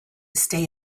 stay